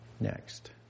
next